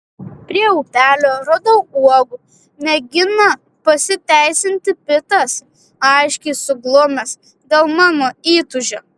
prie upelio radau uogų mėgina pasiteisinti pitas aiškiai suglumęs dėl mano įtūžio